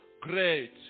great